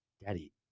daddy